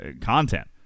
content